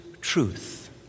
truth